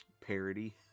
parody